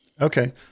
Okay